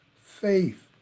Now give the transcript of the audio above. faith